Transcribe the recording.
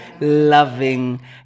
loving